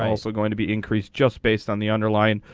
also going to be increased just based on the underlying.